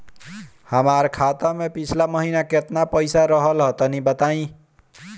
हमार खाता मे पिछला महीना केतना पईसा रहल ह तनि बताईं?